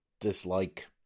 dislike